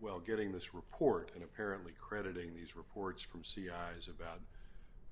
well getting this report and apparently crediting these reports from c i is about